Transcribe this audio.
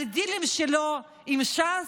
על דילים שלו עם ש"ס,